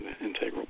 Integral